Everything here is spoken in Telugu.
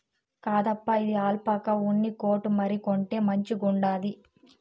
కాదప్పా, ఇది ఆల్పాకా ఉన్ని కోటు మరి, కొంటే మంచిగుండాది